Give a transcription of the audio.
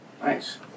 nice